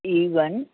C one